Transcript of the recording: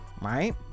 Right